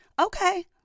Okay